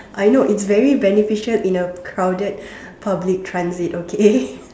I know it's very beneficial in a crowded public transit okay